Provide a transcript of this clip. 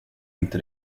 inte